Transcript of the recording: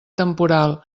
temporal